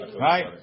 right